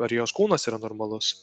ar jos kūnas yra normalus